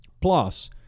plus